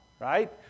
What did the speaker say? right